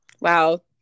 Wow